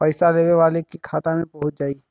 पइसा लेवे वाले के खाता मे पहुँच जाई